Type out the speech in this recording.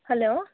hello